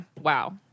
Wow